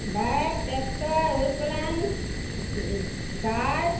bike tractor aeroplane car